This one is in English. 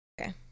Okay